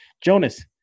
Jonas